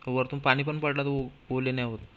वरतून पाणी पण पडलं तर ओ ओले नाही होत